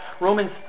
Romans